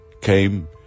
came